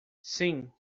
sim